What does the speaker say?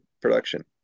production